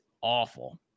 awful